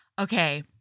Okay